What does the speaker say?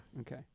Okay